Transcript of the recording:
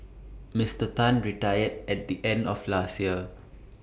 Mister Tan retired at the end of last year